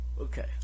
Okay